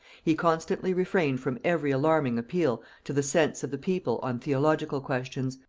he constantly refrained from every alarming appeal to the sense of the people on theological questions,